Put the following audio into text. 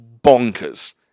bonkers